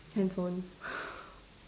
handphone